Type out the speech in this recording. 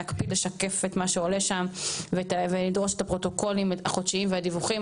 נקפיד לשקף את מה שעולה שם ונדרוש את הפרוטוקולים החודשיים והדיווחים.